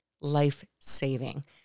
life-saving